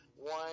One